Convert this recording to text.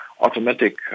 automatic